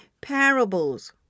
parables